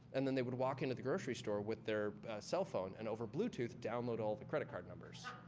and then, they would walk into the grocery store with their cell phone and, over bluetooth, download all the credit card numbers,